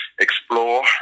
explore